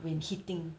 when hitting